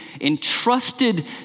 entrusted